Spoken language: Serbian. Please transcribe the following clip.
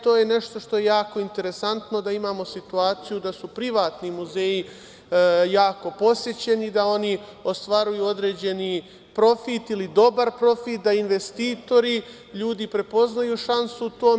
To je nešto što je jako interesantno, da imamo situaciju da su privatni muzeji jako posećeni, da oni ostvaruju određeni profit ili dobar profit, da investitori, ljudi prepoznaju šansu u tome.